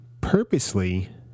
purposely